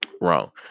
wrong